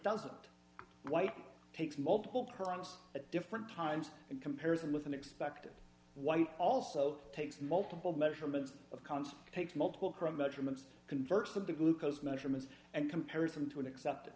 doesn't white takes multiple products at different times in comparison with an expected white also takes multiple measurements of const takes multiple crime measurements converts them to glucose measurements and comparison to an accepted